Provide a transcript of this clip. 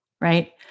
Right